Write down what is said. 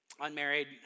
unmarried